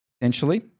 essentially